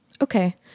Okay